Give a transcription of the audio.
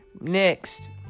Next